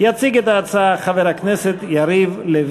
חברי הכנסת,